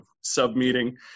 sub-meeting